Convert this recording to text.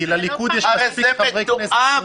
כי לליכוד יש מספיק חברי כנסת פנויים.